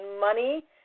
money